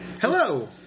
Hello